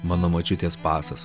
mano močiutės pasas